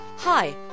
Hi